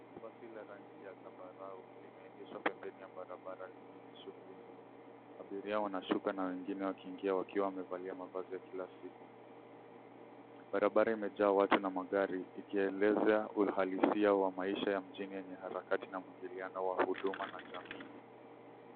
Basi la rangi ya zambarau limeegeshwa pembeni ya barabara yenye shughuli nyingi. Abiria wanashuka na wengine wakiingia wakiwa wamevalia mavazi ya kila siku. Barabara imejaa watu na magari, ikielezea uhalisia wa maisha ya mjini yenye harakati na mwingiliano wa huduma na jamii.